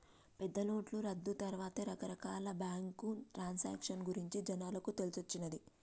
పెద్దనోట్ల రద్దు తర్వాతే రకరకాల బ్యేంకు ట్రాన్సాక్షన్ గురించి జనాలకు తెలిసొచ్చిన్నాది